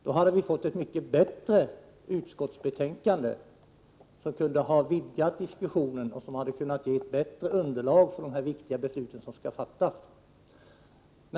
Då hade vi fått ett mycket bättre utskottsbetänkande, som kunde ha vidgat diskussionen och gett ett bättre underlag för de viktiga beslut som skall fattas.